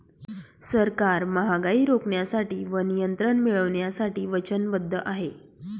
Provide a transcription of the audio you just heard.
सरकार महागाई रोखण्यासाठी व नियंत्रण मिळवण्यासाठी वचनबद्ध आहे